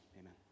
Amen